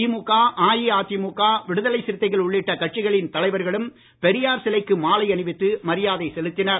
திமுகஅஇஅதிமுக விடுதலை சிறுத்தைகள் உள்ளிட்ட கட்சிகளின் தலைவர்களும் பெரியார் சிலைக்கு மாலை அணிவித்து மரியாதை செலுத்தினர்